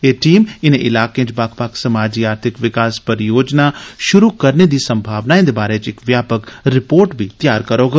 एह् टीम इनें इलाकें च बक्ख बक्ख समाजी आर्थिक विकास परियोजनां शुरू करने दी संभावनाएं दे बारै च इक व्यापक रिपोर्ट बी त्यार करोग